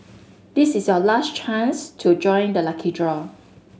this is your last chance to join the lucky draw